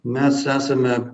mes esame